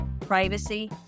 privacy